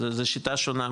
זה שיטה שונה,